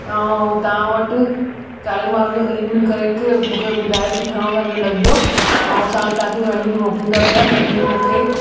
ऐं तव्हां वटि चालीह माण्हुनि जो अरेंजमेंट करे करे हिकु मूंखे ॿुधायो की घणो खां इहो लॻंदो ऐं असां तव्हांखे मैन्यू मोकिलियूं था पिया मैन्यू में मूंखे